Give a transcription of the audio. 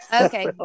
Okay